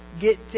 get